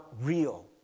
real